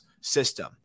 system